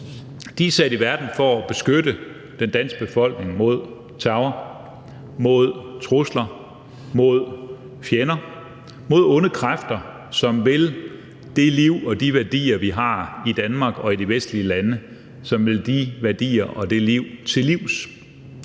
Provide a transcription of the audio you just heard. De er sat i verden for at beskytte den danske befolkning mod terror, mod trusler, mod fjender, mod onde kræfter, som vil det liv og de værdier, vi har i Danmark og de vestlige lande, til livs. Derfor skal vi også